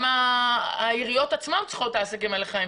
גם העיריות עצמן צריכות את העסקים האלה כעסקים חיים.